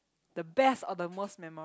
the best or the most memor~